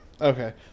Okay